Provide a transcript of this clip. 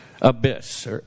abyss